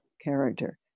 character